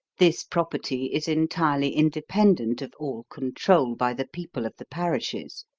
this property is entirely independent of all control by the people of the parishes.